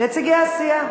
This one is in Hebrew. נציגי הסיעה.